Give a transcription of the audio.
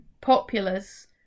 populace